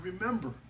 remember